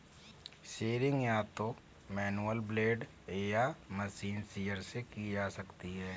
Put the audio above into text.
shearing या तो manual blade या मशीन शीयर से की जा सकती है